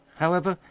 however,